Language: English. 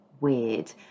weird